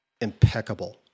impeccable